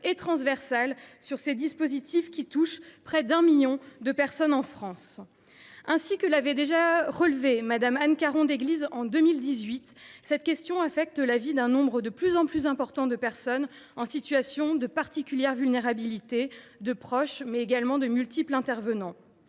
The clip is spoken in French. et transversale sur ces dispositifs, qui touchent près de 1 million de personnes en France. Ainsi que l’a déjà relevé Mme Anne Caron Déglise en 2018, cette question affecte la vie d’un nombre de plus en plus important de personnes en situation de particulière vulnérabilité, de proches, mais également de multiples intervenants.